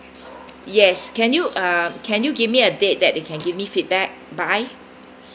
yes can you uh can you give me a date that they can give me feedback by